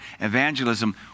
evangelism